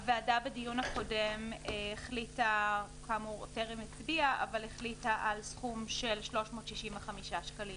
הוועדה בדיון הקודם טרם הצביעה אבל החליטה על סכום של 365 שקלים.